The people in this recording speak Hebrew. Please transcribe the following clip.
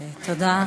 תודה.